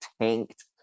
tanked